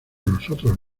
nosotros